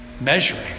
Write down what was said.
measuring